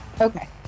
Okay